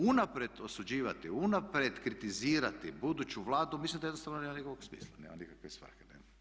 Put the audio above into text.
Unaprijed osuđivati, unaprijed kritizirati buduću Vladu mislim da jednostavno nema nikakvog smisla, nema nikakve svrhe.